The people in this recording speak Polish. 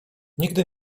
nigdy